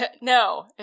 No